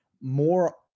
more